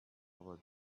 over